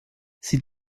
sie